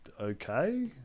okay